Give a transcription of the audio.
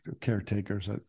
caretakers